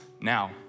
now